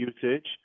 usage